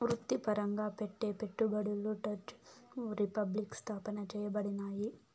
వృత్తిపరంగా పెట్టే పెట్టుబడులు డచ్ రిపబ్లిక్ స్థాపన చేయబడినాయి